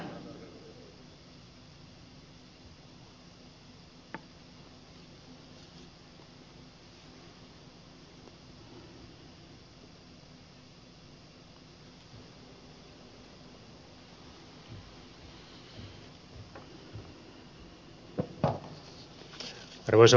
arvoisa puhemies